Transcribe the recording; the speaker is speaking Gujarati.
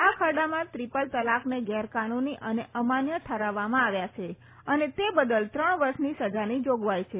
આ ખરડામાં ટ્રીપલ તલાકને ગેરકાનૂની અને અમાન્ય ઠરાવવામાં આવ્યા છે અને તે બદલ ત્રણ વર્ષની સજાની જોગવાઈ છે